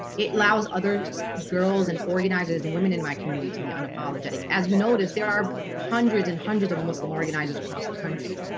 it allows other girls and organizers and women in my community to be unapologetic as we notice there are hundreds and hundreds of muslim organizers across the country,